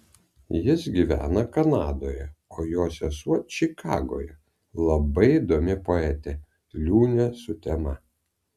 jis gyvena kanadoje o jo sesuo čikagoje labai įdomi poetė liūnė sutema